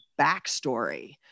backstory